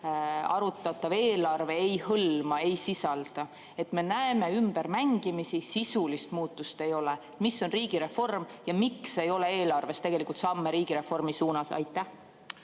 arutatav eelarve ei hõlma, ei sisalda? Me näeme ümbermängimisi, aga sisulist muutust ei ole. Mis on riigireform ja miks ei ole eelarves tegelikult samme riigireformi suunas? Keit